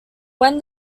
when